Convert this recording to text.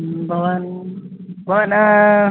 भवान् बवाना